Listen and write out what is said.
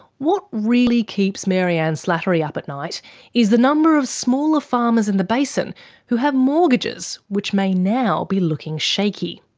what really keeps maryanne slattery up at night is the number of smaller farmers in the basin who have mortgages which may now be looking shaky.